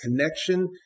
connection